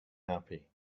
happy